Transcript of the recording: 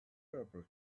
purple